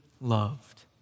loved